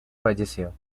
falleció